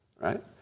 right